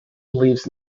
believes